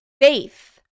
faith